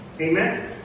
Amen